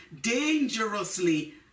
dangerously